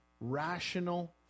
rational